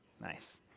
Nice